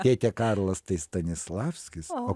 tėtė karlas tai stanislavskis o